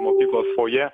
mokyklos fojė